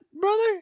brother